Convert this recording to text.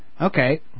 okay